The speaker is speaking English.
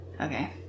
okay